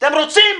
אתם רוצים?